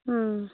ம்